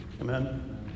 Amen